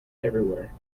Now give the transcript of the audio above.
everywhere